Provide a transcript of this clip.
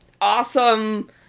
awesome